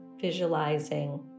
visualizing